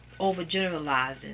overgeneralizing